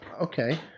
okay